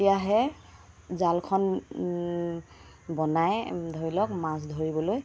তেতিয়াহে জালখন বনাই ধৰি লওক মাছ ধৰিবলৈ